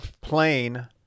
Plane